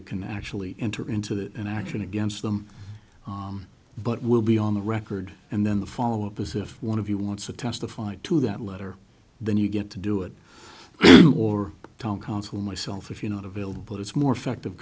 that can actually enter into that action against them but will be on the record and then the follow up is if one of you wants to testify to that letter then you get to do it or town council myself if you're not available but it's more effective